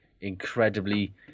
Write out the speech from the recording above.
incredibly